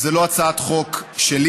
זו לא הצעת חוק שלי.